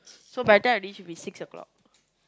so by the time I reach should be six o-clock